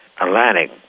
Atlantic